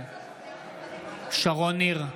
בעד שרון ניר,